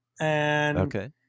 Okay